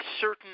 certain